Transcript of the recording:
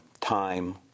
time